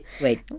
Wait